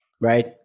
right